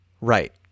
Right